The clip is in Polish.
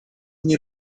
nie